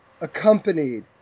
accompanied